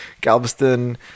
Galveston